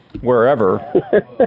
wherever